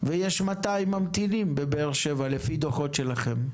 ויש 200 ממתינים בבאר שבע לפי דו"חות שלכם.